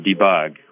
debug